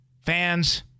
Fans